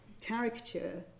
caricature